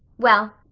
well,